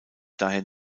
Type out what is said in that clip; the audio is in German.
daher